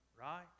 right